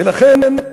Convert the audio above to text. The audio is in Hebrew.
ולכן,